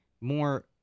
more